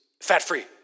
fat-free